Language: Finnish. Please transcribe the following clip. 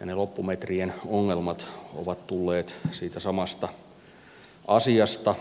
ne loppumetrien ongelmat ovat tulleet siitä samasta asiasta